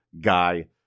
guy